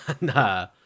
Nah